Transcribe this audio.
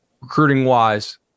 recruiting-wise